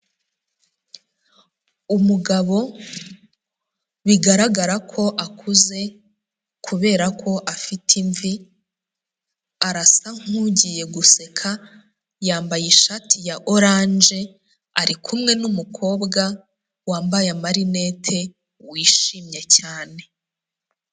Umugabo bigaragara ko akuze kubera ko afite imvi, arasa nk'ugiye guseka, yambaye ishati ya oranje, ari kumwe n'umukobwa wambaye amarinete wishimye cyane.